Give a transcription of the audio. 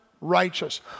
righteous